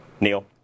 Neil